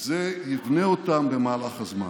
זה יבנה אותם במהלך הזמן.